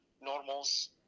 normals